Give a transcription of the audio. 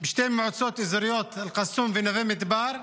בשתי מועצות אזוריות, אל-קסום ונווה מדבר.